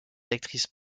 actrices